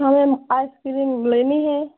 हाँ ice cream लेनी है